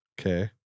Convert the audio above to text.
Okay